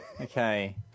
Okay